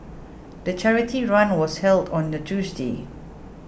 the charity run was held on the Tuesday